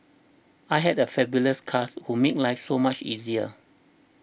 I had a fabulous cast who made life so much easier